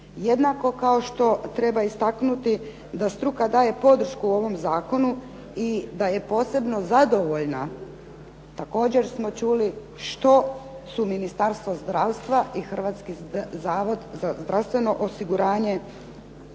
Jednako kao što treba istaknuti da struka daje podršku ovom zakonu i da je posebno zadovoljna, također smo čuli što su Ministarstvo zdravstva i Hrvatski zavod za zdravstveno osiguranje